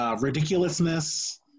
Ridiculousness